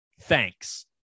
thanks